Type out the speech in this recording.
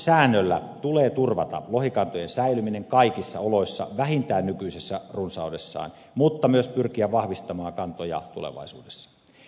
kalastussäännöllä tulee turvata lohikantojen säilyminen kaikissa oloissa vähintään nykyisessä runsaudessaan mutta tulee myös pyrkiä vahvistamaan kantoja tulevaisuudessa